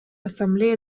ассамблея